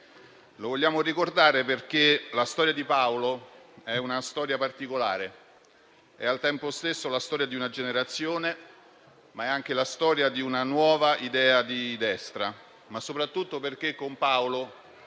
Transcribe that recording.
Lo vogliamo ricordare perché quella di Paolo è una storia particolare - è al tempo stesso la storia di una generazione, ma anche quella di una nuova idea di destra - ma soprattutto perché con Paolo